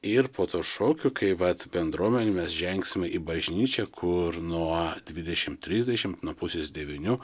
ir po to šokių kai vat bendruomenė mes žengsim į bažnyčią kur nuo dvidešimt trisdešimt nuo pusės devynių